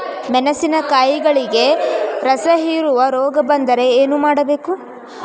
ಮೆಣಸಿನಕಾಯಿಗಳಿಗೆ ರಸಹೇರುವ ರೋಗ ಬಂದರೆ ಏನು ಮಾಡಬೇಕು?